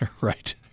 right